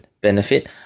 benefit